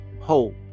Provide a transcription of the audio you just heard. hope